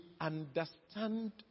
understand